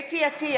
חוה אתי עטייה,